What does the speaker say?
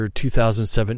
2017